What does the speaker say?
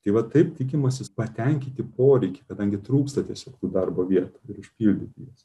tai va taip tikimasi patenkinti poreikį kadangi trūksta tiesiog tų darbo vietų ir užpildyt jas